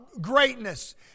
greatness